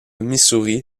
missouri